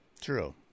True